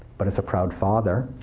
but as a proud father,